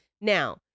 Now